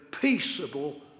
peaceable